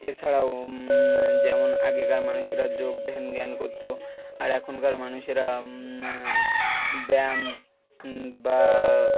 এছাড়াও যেমন আগেকার মানুষেরা যোগ ধ্যান জ্ঞান করতো আর এখনকার মানুষেরা ব্যায়াম বা